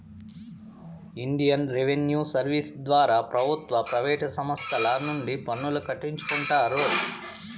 Indian revenue service ద్వారా ప్రభుత్వ private సంస్తల నుండి పన్నులు కట్టించుకుంటారు